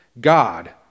God